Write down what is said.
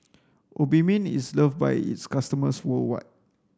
obimin is loved by its customers worldwide